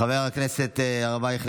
חבר הכנסת הרב אייכלר,